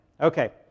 Okay